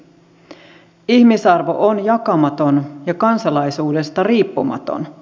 ihmisarvo on jakamaton ja kansalaisuudesta riippumaton